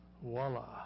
Voila